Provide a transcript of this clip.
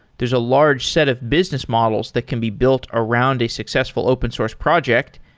there's a large set of business models that can be built around a successful open source project.